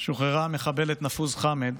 שוחררה המחבלת נפוז חאמד